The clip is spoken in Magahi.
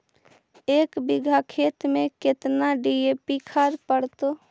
एक बिघा खेत में केतना डी.ए.पी खाद पड़तै?